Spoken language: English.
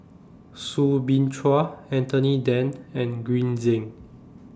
Soo Bin Chua Anthony Then and Green Zeng